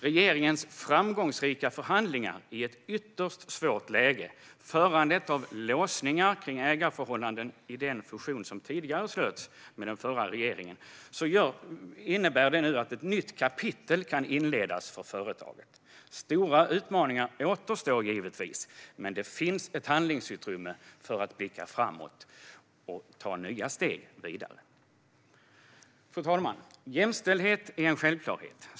Regeringens framgångsrika förhandlingar i ett ytterst svårt läge, föranlett av låsningar kring ägarförhållandet i den fusion som gjordes av den förra regeringen, gör att ett nytt kapitel kan inledas för företaget. Stora utmaningar återstår, men det finns ett handlingsutrymme för att blicka framåt och ta nya steg. Fru talman! Jämställdhet är en självklarhet.